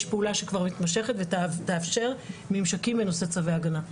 יש פעולה שכבר מתמשכת ותאפשר ממשקים בנושא צווי הגנה.